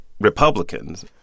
Republicans